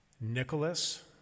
Nicholas